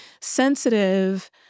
sensitive